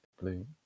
blue